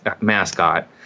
mascot